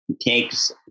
takes